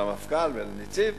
למפכ"ל ולנציב.